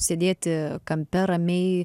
sėdėti kampe ramiai